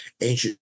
ancient